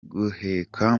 guheka